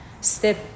step